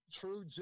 True